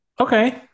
Okay